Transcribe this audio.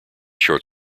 short